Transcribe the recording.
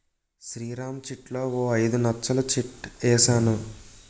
శ్రీరామ్ చిట్లో ఓ ఐదు నచ్చలు చిట్ ఏసాను